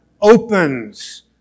opens